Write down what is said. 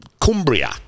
Cumbria